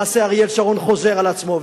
מעשה אריאל שרון חוזר על עצמו,